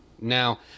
Now